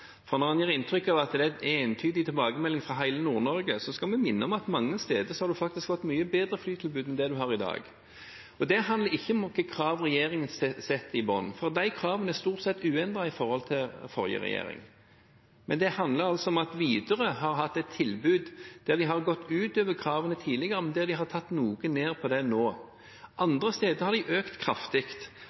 Når han gir inntrykk av at det er en entydig tilbakemelding fra hele Nord-Norge, skal vi minne om at mange steder har en faktisk fått et mye bedre flytilbud enn det en har i dag. Det handler ikke om hvilke krav regjeringen setter i bunnen, for de kravene er stort sett uendret i forhold til under forrige regjering, men det handler om at Widerøe har hatt et tilbud der de tidligere har gått utover kravene, men der de har gått noe ned på det nå. Andre steder har de økt kraftig.